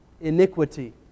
iniquity